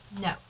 No